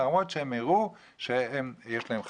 למרות שהם הראו שיש להם חסינות,